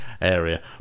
area